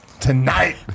Tonight